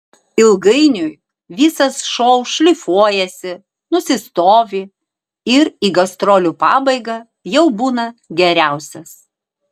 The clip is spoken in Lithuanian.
ilgainiui visas šou šlifuojasi nusistovi ir į gastrolių pabaigą jau būna geriausias